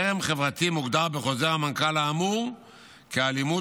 חרם חברתי מוגדר בחוזר המנכ"ל האמור כאלימות